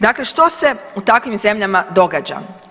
Dakle, što se u takvim zemljama događa?